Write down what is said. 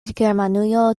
germanujo